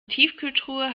tiefkühltruhe